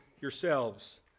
yourselves